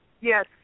Yes